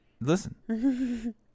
listen